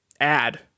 add